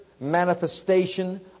manifestation